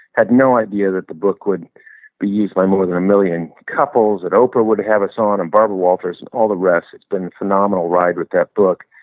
had no idea that the book would be used by more than a million couples, that oprah would have us on and barbara walters and all the rest. it's been a phenomenal ride with that book.